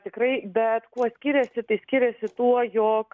tikrai bet kuo skiriasi tai skiriasi tuo jog